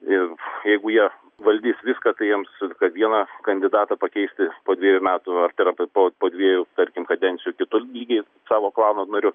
ir jeigu jie valdys viską tai jiems kad vieną kandidatą pakeisti po dviejų metų ar tai yra po po dviejų tarkim kadencijų kitu lygiai savo klano nariu